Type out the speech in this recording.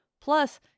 Plus